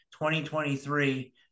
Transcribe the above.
2023